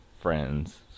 friends